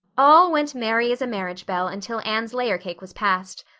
all went merry as a marriage bell until anne's layer cake was passed.